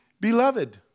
beloved